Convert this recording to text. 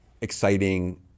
exciting